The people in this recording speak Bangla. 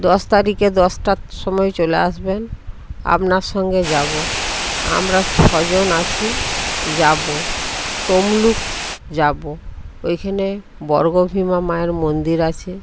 দশ তারিকে দশটার সময় চলে আসবেন আপনার সঙ্গে যাব আমরা ছয় জন আছি যাব তমলুক যাব ওইখেনে বর্গভীমা মায়ের মন্দির আছে